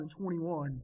2021